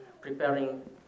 preparing